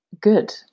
good